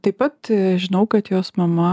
taip pat žinau kad jos mama